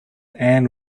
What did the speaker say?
ann